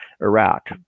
iraq